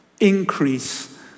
increase